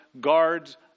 guards